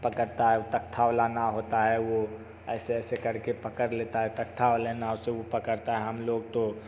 पकड़ता है वो तख्ता वाला नाव होता है वो ऐसे ऐसे कर के पकड़ लेता है तख्ता वाले नाव से वो पकड़ता है हम लोग तो